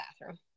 bathroom